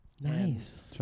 nice